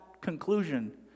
conclusion